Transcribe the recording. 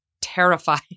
terrified